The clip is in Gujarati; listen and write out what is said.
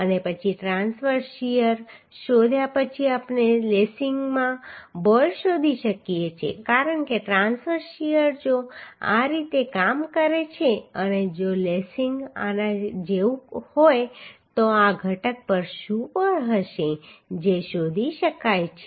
અને પછી ટ્રાંસવર્સ શીયર શોધ્યા પછી આપણે લેસિંગમાં બળ શોધી શકીએ છીએ કારણ કે ટ્રાંસવર્સ શીયર જો આ રીતે કામ કરે છે અને જો લેસિંગ આના જેવું હોય તો આ ઘટક પર શું બળ હશે જે શોધી શકાય છે